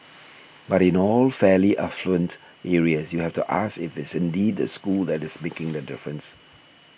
but in all fairly affluent areas you have to ask if it is indeed the school that is making the difference